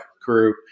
crew